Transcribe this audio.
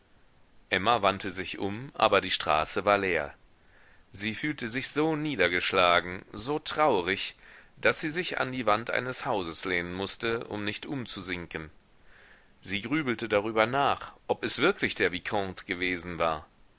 emma wandte sich um aber die straße war leer sie fühlte sich so niedergeschlagen so traurig daß sie sich an die wand eines hauses lehnen mußte um nicht umzusinken sie grübelte darüber nach ob es wirklich der vicomte gewesen war